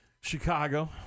Chicago